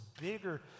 bigger